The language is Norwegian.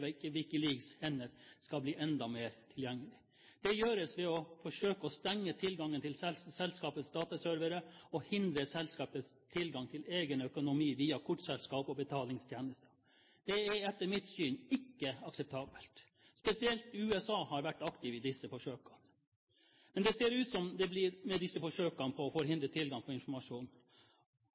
er i WikiLeaks’ hender, skal bli enda mer tilgjengelig. Det gjøres ved å forsøke å stenge tilgangen til selskapets dataservere og å hindre selskapets tilgang til egen økonomi via kortselskap og betalingstjenester. Det er etter mitt syn ikke akseptabelt. Spesielt USA har vært aktiv i disse forsøkene. Men det ser ut til at denne kampen om å forhindre tilgang på informasjon